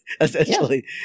Essentially